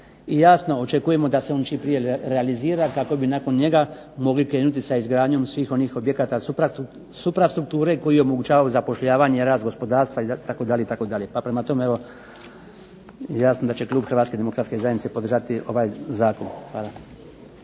i jasno očekujemo da se on čim prije realizira kako bi nakon njega mogli krenuti sa izgradnjom svih onih objekata suprastrukture koji omogućavaju zapošljavanje, rast gospodarstva itd., itd. Pa prema tome, evo jasno da će klub Hrvatske demokratske zajednice podržati ovaj zakon. Hvala.